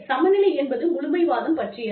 சமநிலை என்பது முழுமைவாதம் பற்றியது